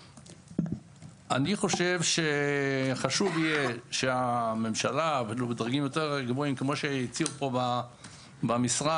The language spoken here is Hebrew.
אני חושב שחשוב יהיה שהממשלה ודרגים יותר גבוהים כמו שהציעו פה במשרד,